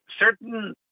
certain